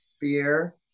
fear